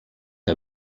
que